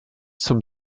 zum